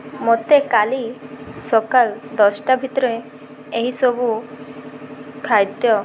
ମୋତେ କାଲି ସକାଳ ଦଶଟା ଭିତରେ ଏହିସବୁ ଖାଦ୍ୟ